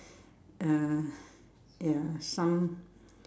uh ya some